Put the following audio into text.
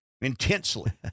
intensely